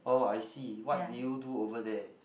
oh I see what do you do over there